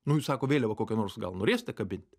nu jis sako vėliavą kokią nors gal norėsite kabinti